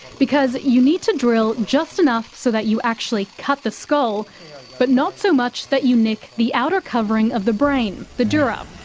because you need to drill just enough so that you actually cut the skull but not so much that you nick the outer covering of the brain, the dura.